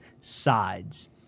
sides